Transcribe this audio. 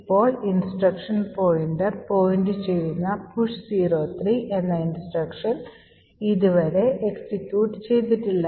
ഇപ്പോൾ instruction pointer point ചെയ്യുന്ന push 03 എന്ന instruction ഇതുവരെ execute ചെയ്തിട്ടില്ല